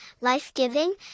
life-giving